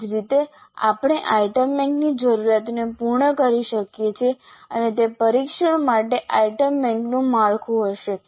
એ જ રીતે આપણે આઇટમ બેંકની જરૂરિયાતોને પૂર્ણ કરી શકીએ છીએ અને તે પરીક્ષણ માટે આઇટમ બેંકનું માળખું હશે